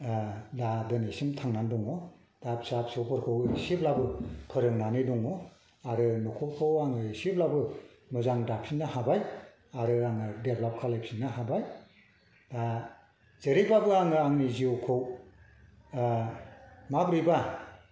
दा दोनैसिम थांनानै दङ दा फिसा फिसौफोरखौ एसेब्लाबो फोरोंनानै दङ आरो न'खरखौ आङो एसेब्लाबो मोजां दाफिननो हाबाय आरो आं आरो देभलप्त खालामफिननो हाबाय दा जेरैबाबो आङो आंनि जिउखौ माब्रैबा